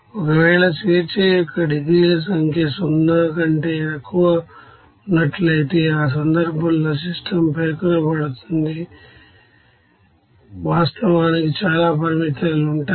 ఒకవేళ degrees of freedom సంఖ్య 0 కంటే తక్కువగా ఉన్నట్లయితే ఆ సందర్భంలో సిస్టమ్ పేర్కొనబడుతుంది వాస్తవానికి చాలా పరిమితులు ఉంటాయి